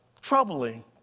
troubling